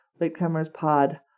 latecomerspod